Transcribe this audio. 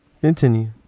Continue